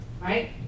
right